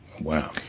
Wow